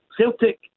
Celtic